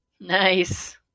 Nice